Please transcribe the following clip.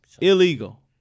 Illegal